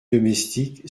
domestique